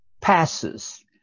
passes